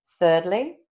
Thirdly